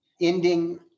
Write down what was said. Ending